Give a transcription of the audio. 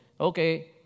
okay